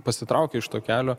pasitraukė iš to kelio